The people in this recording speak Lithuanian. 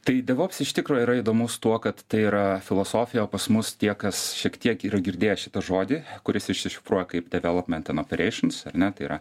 tai devops iš tikro yra įdomus tuo kad tai yra filosofija o pas mus tie kas šiek tiek yra girdėję šitą žodį kuris išsišifruoja kaip development end opereišns ar ne tai yra